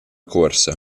cuorsa